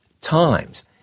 times